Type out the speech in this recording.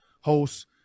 hosts